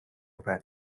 байна